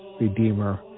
redeemer